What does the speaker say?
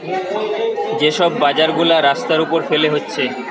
যে সব বাজার গুলা রাস্তার উপর ফেলে হচ্ছে